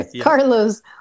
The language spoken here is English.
Carlos